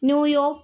New York